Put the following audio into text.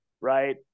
right